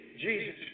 Jesus